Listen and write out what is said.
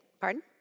Pardon